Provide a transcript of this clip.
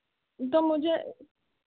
तो मुझे